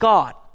God